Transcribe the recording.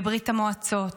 בברית המועצות,